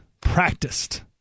practiced